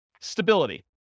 Stability